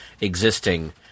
existing